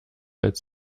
als